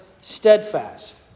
steadfast